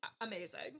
Amazing